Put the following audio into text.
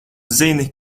zini